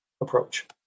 approach